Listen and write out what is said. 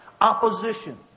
opposition